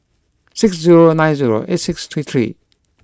six zero nine zero eight six three three